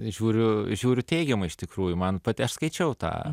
žiūriu žiūriu teigiamai iš tikrųjų man pati aš skaičiau tą